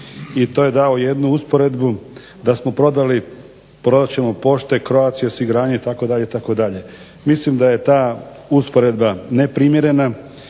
i to je dao jednu usporedbu da smo prodali, prodat ćemo pošte, Croatia osiguranje itd. itd. Mislim da je ta usporedba neprimjerena